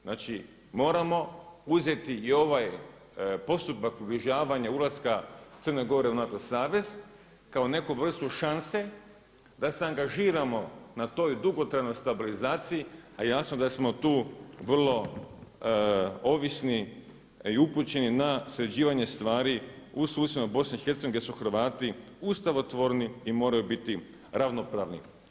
Znači moramo uzeti i ovaj posudba približavanja ulaska Crne Gore u NATO savez kao neku vrstu šanse da se angažiramo na toj dugotrajnoj stabilizaciji, a jasno da smo tu vrlo ovisni i upućeni na sređivanje stvari u susjednoj BiH gdje su Hrvati ustavotvorni i moraju biti ravnopravni.